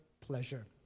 pleasure